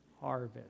harvest